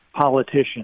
politicians